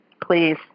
please